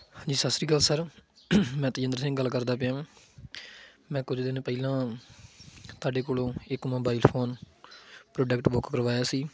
ਹਾਂਜੀ ਸਤਿ ਸ਼੍ਰੀ ਅਕਾਲ ਸਰ ਮੈਂ ਤਜਿੰਦਰ ਸਿੰਘ ਗੱਲ ਕਰਦਾ ਪਿਆ ਵਾਂ ਮੈਂ ਕੁਝ ਦਿਨ ਪਹਿਲਾਂ ਤੁਹਾਡੇ ਕੋਲੋਂ ਇੱਕ ਮੋਬਾਈਲ ਫੋਨ ਪ੍ਰੋਡਕਟ ਬੁੱਕ ਕਰਵਾਇਆ ਸੀ